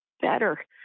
better